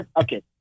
okay